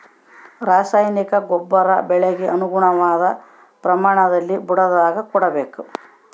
ರಾಸಾಯನಿಕ ಗೊಬ್ಬರ ಬೆಳೆಗೆ ಅನುಗುಣವಾದ ಪ್ರಮಾಣದಲ್ಲಿ ಬುಡದಾಗ ಕೊಡಬೇಕು